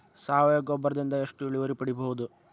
ಸಾವಯವ ಗೊಬ್ಬರದಿಂದ ಎಷ್ಟ ಇಳುವರಿ ಪಡಿಬಹುದ?